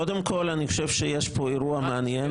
קודם כול, אני חושב שיש פה אירוע מעניין